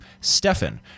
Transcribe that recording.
Stefan